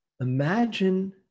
Imagine